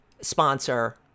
sponsor